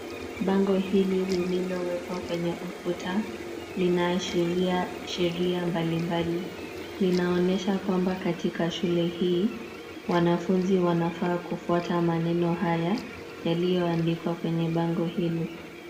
Bango hili lililowekwa kwenye ukuta linaashiria sheria mbalimbali. Linaonyesha kwamba katika shule hii, wanafunzi wanafaa kufuata maneno haya, yaliyo andikwa kwenye bango hili.